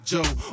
Joe